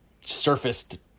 surfaced